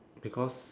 because